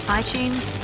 iTunes